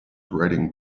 writing